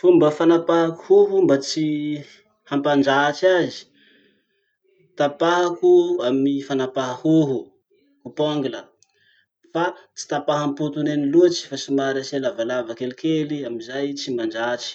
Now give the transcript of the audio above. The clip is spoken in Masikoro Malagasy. Fomba fanapahako hoho mba tsy hampandratsy azy: tapahako amy fanapaha hoho, coupeongle. Fa tsy tapaha ampotony eny loatsy fa somary asia lavalava kelikely i amizay tsy mandratsy.